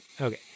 Okay